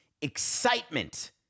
excitement